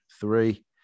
three